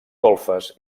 golfes